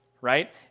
right